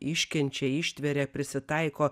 iškenčia ištveria prisitaiko